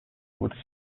with